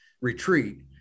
retreat